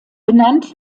benannt